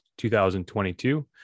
2022